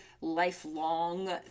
lifelong